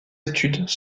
études